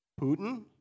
Putin